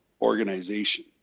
organization